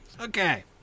okay